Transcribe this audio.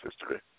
history